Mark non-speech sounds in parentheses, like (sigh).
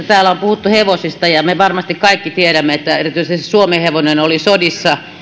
(unintelligible) täällä on puhuttu hevosista ja ja me varmasti kaikki tiedämme että erityisesti suomenhevonen oli sodissa